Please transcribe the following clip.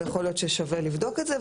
ויכול להיות ששווה לבדוק את זה.